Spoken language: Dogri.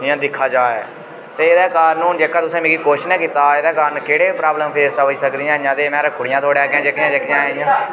इ'यां दिक्खा जा ऐ ते एह्दे कारण हून जेह्का तुसें मिगी क्वेश्चन कीता एह्दे कारण केह्डे़ प्रॉब्लम फेस आई सकदियां न में रक्खू उड़ियां थुआढ़े अग्गें जेह्कियां जेह्कियां ऐहियां